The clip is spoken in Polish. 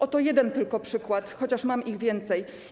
Oto jeden tylko przykład, chociaż mam ich więcej.